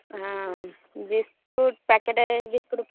ହଁ biscuit packet biscuit